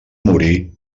morir